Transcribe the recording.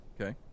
Okay